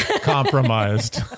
compromised